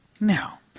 Now